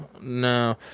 no